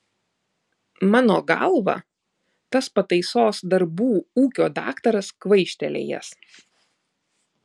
mano galva tas pataisos darbų ūkio daktaras kvaištelėjęs